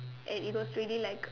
and it was really like